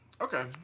Okay